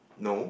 no